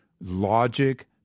logic